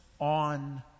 on